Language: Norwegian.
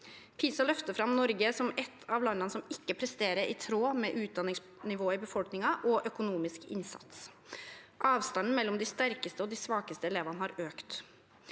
PISA løfter fram Norge som ett av landene som ikke presterer i tråd med utdanningsnivået i befolkningen og økonomisk innsats. Avstanden mellom de sterkeste og de svakeste elevene har økt.